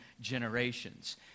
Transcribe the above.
generations